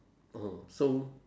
mm so